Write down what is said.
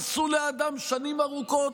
הרסו לאדם שנים ארוכות,